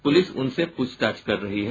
police उनसे पूछताछ कर रही है